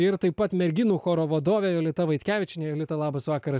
ir taip pat merginų choro vadovė jolita vaitkevičienė jolita labas vakara